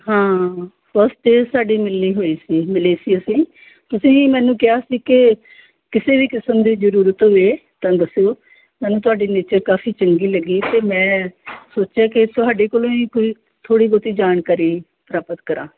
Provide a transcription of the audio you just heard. ਹਾਂ ਬਸ 'ਤੇ ਸਾਡੇ ਮਿਲਣੀ ਹੋਈ ਸੀ ਮਿਲੇ ਸੀ ਅਸੀਂ ਤੁਸੀਂ ਮੈਨੂੰ ਕਿਹਾ ਸੀ ਕਿ ਕਿਸੇ ਵੀ ਕਿਸਮ ਦੀ ਜ਼ਰੂਰਤ ਹੋਵੇ ਤਾਂ ਦੱਸਿਓ ਮੈਨੂੰ ਤੁਹਾਡੀ ਨੇਚਰ ਕਾਫ਼ੀ ਚੰਗੀ ਲੱਗੀ ਅਤੇ ਮੈਂ ਸੋਚਿਆ ਕਿ ਤੁਹਾਡੇ ਕੋਲੋਂ ਹੀ ਕੋਈ ਥੋੜ੍ਹੀ ਬਹੁਤੀ ਜਾਣਕਾਰੀ ਪ੍ਰਾਪਤ ਕਰਾਂ